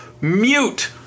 mute